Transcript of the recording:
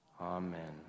Amen